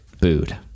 booed